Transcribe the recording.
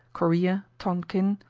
corea, tonkin,